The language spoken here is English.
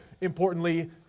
importantly